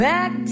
Back